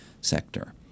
sector